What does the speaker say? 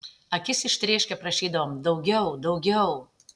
akis ištrėškę prašydavom daugiau daugiau